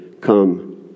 come